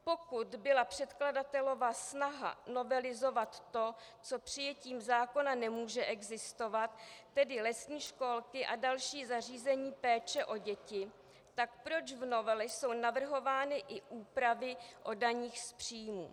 Pokud byla předkladatelova snaha novelizovat to, co přijetím zákona nemůže existovat, tedy lesní školky a další zařízení péče o děti, tak proč v novele jsou navrhovány i úpravy o daních z příjmů?